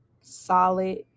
solid